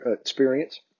experience